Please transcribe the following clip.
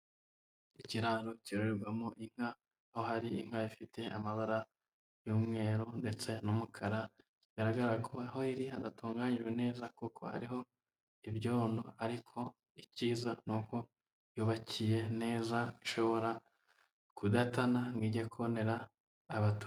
Ikiraro cyororerwamo inka, aho hari inka ifite amabara y'umweru ndetse n'umukara, bigaragara ko aho iri hadatunganijwe neza kuko hariho ibyondo, ariko icyiza nuko yubakiye neza ishobora kudatana ngo ijye konera abatu.